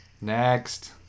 Next